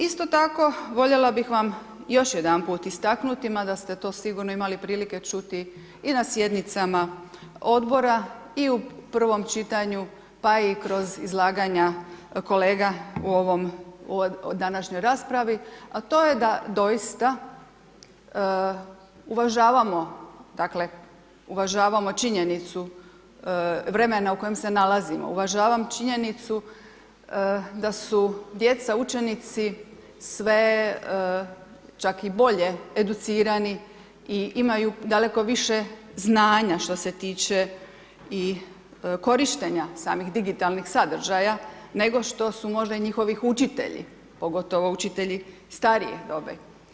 Isto tako voljela bih vam još jedanput istaknuti mada ste to sigurno imali prilike čuti i na sjednicama odbora i u prvom čitanju pa i kroz izlaganja kolega u ovoj današnjoj raspravi a to je da doista uvažavamo činjenicu vremena u kojem se nalazimo, uvažavam činjenicu da su djeca učenici sve čak i bolje educirani i imaju daleko više znanja što se tiče i korištenja samih digitalnih sadržaja nego što su možda i njihovi učitelji pogotovo učitelji starije dobi.